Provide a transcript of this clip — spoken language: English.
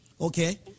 okay